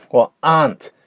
well, aren't.